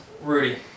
rudy